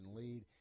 lead